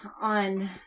on